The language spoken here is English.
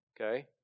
okay